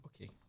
Okay